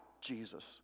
Jesus